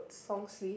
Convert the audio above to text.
long sleeve